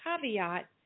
caveat